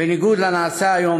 בניגוד לנעשה היום,